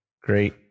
great